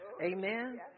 amen